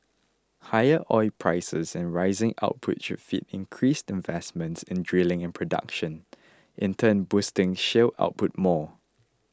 higher oil prices and rising output should feed increased investment in drilling and production in turn boosting shale output more